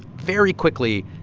very quickly,